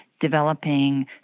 developing